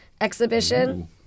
exhibition—